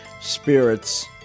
spirits